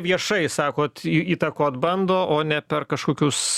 viešai sakot įtakot bando o ne per kažkokius